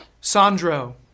Sandro